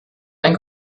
ein